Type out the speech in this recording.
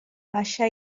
baixa